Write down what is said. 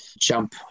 jump